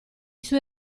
suoi